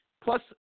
Plus